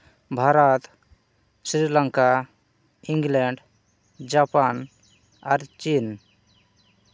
Bharat Sri Lanka England Japan ᱟᱨ ᱪᱤᱱ